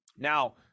now